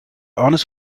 honors